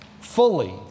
fully